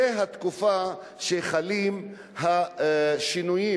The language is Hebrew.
זה התקופה שחלים השינויים,